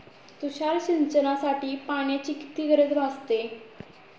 तुषार सिंचनासाठी पाण्याची किती गरज भासते?